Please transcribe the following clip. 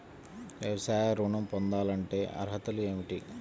వ్యవసాయ ఋణం పొందాలంటే అర్హతలు ఏమిటి?